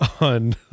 on